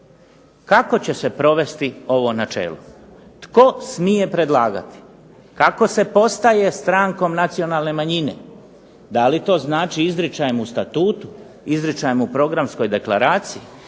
Kako će se provoditi ovo načelo, tko smije predlagati, kako se postaje strankom nacionalne manjine, da li to znači izričajem u statutu, izričajem u programskoj deklaraciji,